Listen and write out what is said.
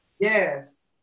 yes